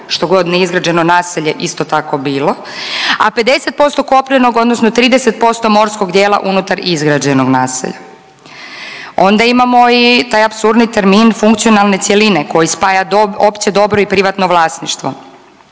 što god neizgrađeno naselje isto tako bilo, a 50% kopnenog odnosno 30% morskog dijela unutar izgrađenog naselja. Onda imamo i taj apsurdni termin funkcionalne cjeline koji spaja opće dobro i privatno vlasništvo.